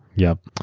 yup.